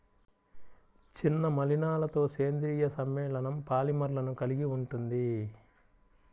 చిన్న మలినాలతోసేంద్రీయ సమ్మేళనంపాలిమర్లను కలిగి ఉంటుంది